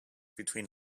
between